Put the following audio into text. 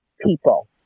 people